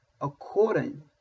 according